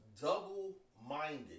double-minded